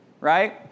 right